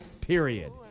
Period